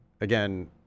Again